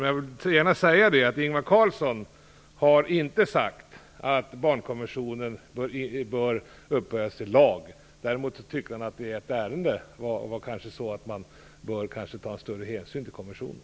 Men jag vill gärna säga att Ingvar Carlsson inte har sagt att barnkonventionen bör upphöjas till lag. Däremot tyckte han att man i ett ärende kanske borde ha tagit större hänsyn till konventionen.